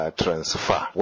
transfer